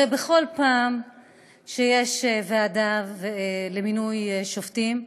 הרי בכל פעם שיש ועדה לבחירת שופטים,